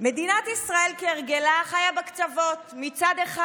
מדינת ישראל כהרגלה חיה בקצוות: מצד אחד